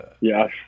yes